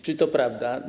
Czy to prawda?